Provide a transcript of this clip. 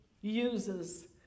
uses